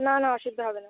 না না অসুবিধা হবে না